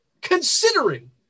considering